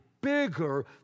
bigger